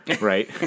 right